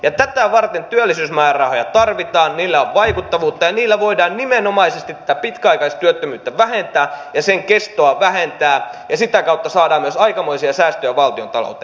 tätä varten työllisyysmäärärahoja tarvitaan niillä on vaikuttavuutta ja niillä voidaan nimenomaisesti tätä pitkäaikaistyöttömyyttä vähentää ja sen kestoa vähentää ja sitä kautta saadaan myös aikamoisia säästöjä valtiontalouteen